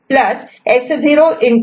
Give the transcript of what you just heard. D0 S0